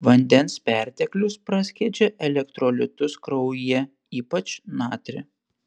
vandens perteklius praskiedžia elektrolitus kraujyje ypač natrį